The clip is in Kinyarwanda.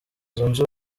zunze